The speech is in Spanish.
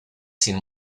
sin